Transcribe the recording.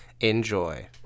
Enjoy